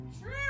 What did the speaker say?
True